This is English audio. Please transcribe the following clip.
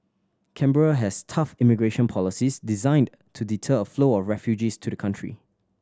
Canberra has tough immigration policies designed to deter a flow of refugees to the country